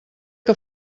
que